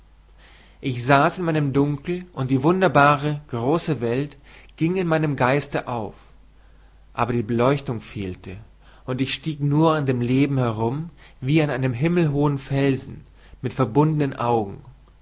ich saß in meinem dunkel und die wunderbare große welt ging in meinem geiste auf aber die beleuchtung fehlte und ich stieg nur an dem leben herum wie an einem himmelhohen felsen mit verbundenen augen